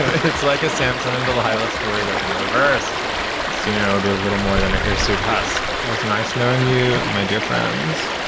it's like a samson and delilah story that in reverse soon i will be a little more than a hirsute husk was nice knowing you, my dear friends.